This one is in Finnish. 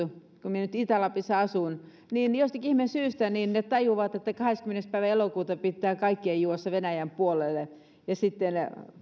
kun minä nyt itä lapissa asun jostakin ihmeen syystä tajuavat että kahdeskymmenes päivä elokuuta pitää kaikkien juosta venäjän puolelle